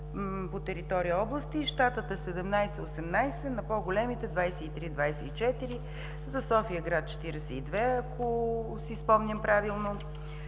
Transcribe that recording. по територии области, щатът е 17 – 18, на по-големите е 23 – 24. За София-град – 42, ако си спомням правилно.